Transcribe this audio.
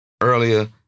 earlier